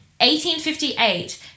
1858